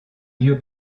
lieu